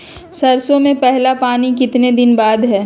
सरसों में पहला पानी कितने दिन बाद है?